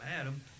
Adam